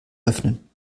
öffnen